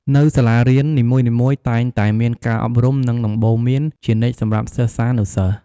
នៅសាលារៀននីមួយៗតែងតែមានការអប់រំនិងដំបូលន្មានជានិច្ចសម្រាប់សិស្សានុសិស្ស។